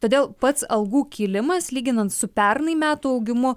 todėl pats algų kilimas lyginant su pernai metų augimu